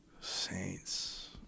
Saints